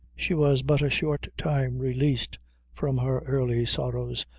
she was but a short time released from her early sorrows,